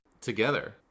together